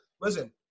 Listen